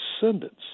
descendants